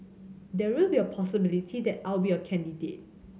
there will be a possibility that I'll be a candidate